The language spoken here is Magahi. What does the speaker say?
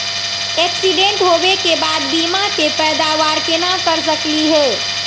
एक्सीडेंट होवे के बाद बीमा के पैदावार केना कर सकली हे?